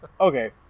Okay